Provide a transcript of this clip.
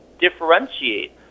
differentiate